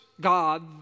God